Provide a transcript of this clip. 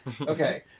Okay